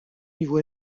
niveau